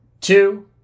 two